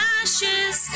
ashes